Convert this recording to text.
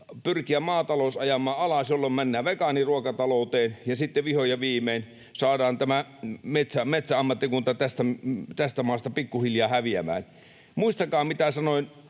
pyrkiä maatalous ajamaan alas, jolloin mennään vegaaniruokatalouteen ja sitten vihdoin ja viimein saadaan tämä metsäammattikunta tästä maasta pikkuhiljaa häviämään. Muistakaa, mitä sanoi